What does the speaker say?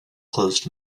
closed